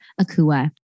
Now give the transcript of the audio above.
Akua